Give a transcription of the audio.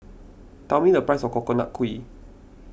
tell me the price of Coconut Kuih